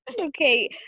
okay